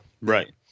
right